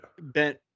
Ben